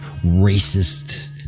racist